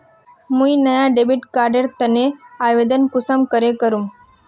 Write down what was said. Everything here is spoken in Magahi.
मुई नया डेबिट कार्ड एर तने आवेदन कुंसम करे करूम?